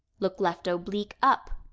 look left oblique up,